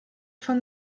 von